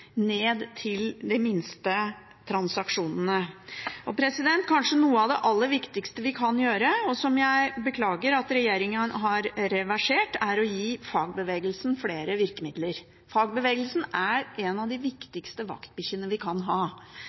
ned til de minste transaksjonene. Kanskje noe av det aller viktigste vi kan gjøre, og som jeg beklager at regjeringen har reversert, er å gi fagbevegelsen flere virkemidler. Fagbevegelsen er en av de viktigste vaktbikkjene vi kan ha.